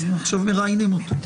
(היו"ר אריאל קלנר, 10:25)